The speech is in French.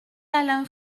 alain